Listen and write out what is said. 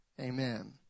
Amen